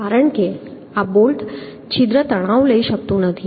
કારણ કે આ બોલ્ટ છિદ્ર તણાવ લઈ શકતું નથી